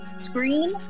screen